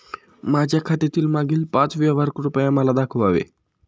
माझ्या खात्यातील मागील पाच व्यवहार कृपया मला दाखवावे